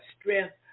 strength